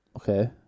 Okay